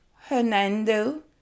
Hernando